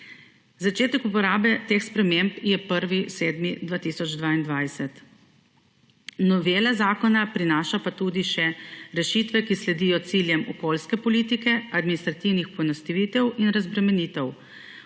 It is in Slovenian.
Začetek uporabe teh sprememb je 1. 7. 2022. Novela zakona prinaša pa tudi še rešitve, ki sledijo ciljem okoljske politike, administrativnih poenostavitev in razbremenitev.